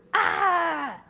ah!